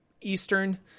Eastern